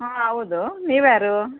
ಹಾಂ ಹೌದು ನೀವ್ಯಾರು